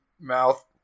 mouth